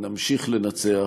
נמשיך לנצח.